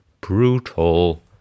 brutal